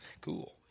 Cool